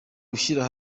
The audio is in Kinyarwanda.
gushyira